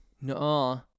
No